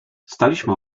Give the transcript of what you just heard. staliśmy